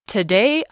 Today